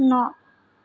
न'